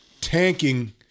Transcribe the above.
tanking